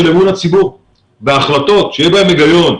אמון הציבור בהחלטות שיהיה בהן היגיון.